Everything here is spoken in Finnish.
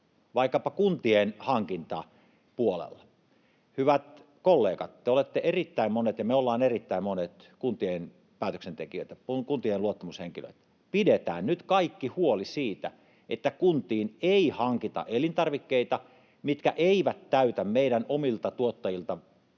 vaikkapa kuntien hankintapuolella? Hyvät kollegat, te olette erittäin monet ja me olemme erittäin monet kuntien päätöksentekijöitä, kuntien luottamushenkilöitä. Pidetään nyt kaikki huoli siitä, että kuntiin ei hankita elintarvikkeita, mitkä eivät täytä meidän omilta tuottajiltamme